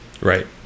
Right